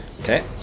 Okay